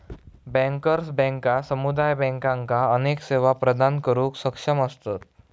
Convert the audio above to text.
bankers बँका समुदाय बँकांका अनेक सेवा प्रदान करुक सक्षम असतत